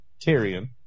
Tyrion